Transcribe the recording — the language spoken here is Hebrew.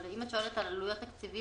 אבל אם את שואלת על עלויות תקציביות,